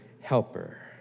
helper